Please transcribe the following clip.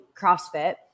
CrossFit